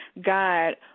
God